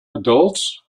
adults